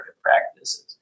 practices